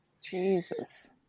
Jesus